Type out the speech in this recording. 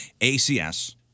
ACS